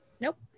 nope